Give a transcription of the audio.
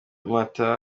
mbatha